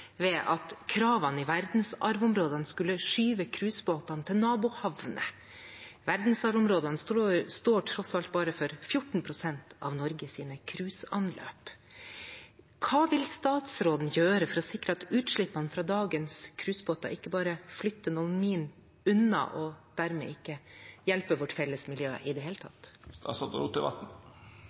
ved at kravene i verdensarvområdene kan skyve cruisebåtene til nabohavnene. Verdensarvområdene står tross alt bare for 14 pst. av Norges cruiseanløp. Hva vil statsråden gjøre for å sikre at utslippene fra dagens cruisebåter ikke bare flytter noen mil unna, og at dette dermed ikke hjelper vårt felles miljø i det hele tatt?